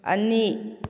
ꯑꯅꯤ